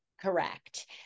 Correct